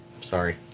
Sorry